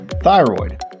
Thyroid